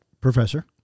Professor